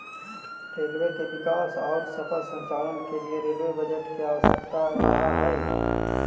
railway के विकास औउर सफल संचालन के लिए रेलवे बजट के आवश्यकता रहऽ हई